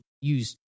use